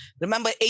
Remember